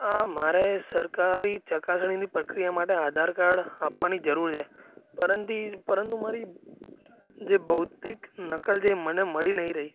આ મારે સરકારી ચકાસણીની પ્રક્રિયા માટે આધાર કાર્ડ આપવાની જરૂર છે પરંતુ મારી જે ભૌતિક નકલ જે મને મળી નથી રહીં